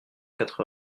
quatre